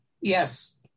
Yes